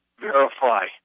verify